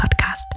podcast